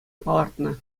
палӑртнӑ